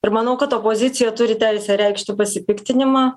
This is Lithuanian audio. ir manau kad opozicija turi teisę reikšti pasipiktinimą